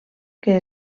que